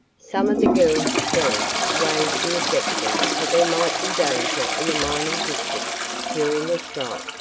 some of the girls' parents raised the objection that there might be danger in a mining district during a strike,